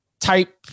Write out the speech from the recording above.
type